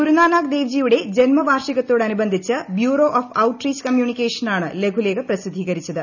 ഗുരുനാനാക്ക് ദേവ്ജിയുടെ ജന്മവാർഷികത്തോടനുബന്ധിച്ച് bureau of outreach communication ആണ് ലഘുലേഖ പ്രസിദ്ധീകരിച്ചത്